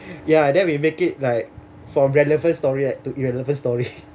ya then we make it like from relevant story like to irrelevant story